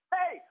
hey